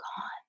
gone